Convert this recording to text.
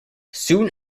soon